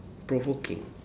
provoking